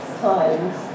times